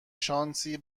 شانسی